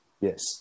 Yes